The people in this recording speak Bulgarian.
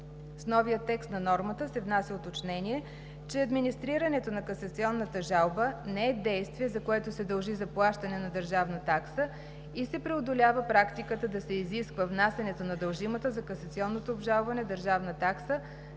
С новия текст на нормата се внася уточнение, че администрирането на касационната жалба не е действие, за което се дължи заплащане на държавна такса и се преодолява практиката да се изисква внасянето на дължимата за касационното обжалване държавна такса,